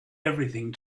everything